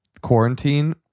quarantine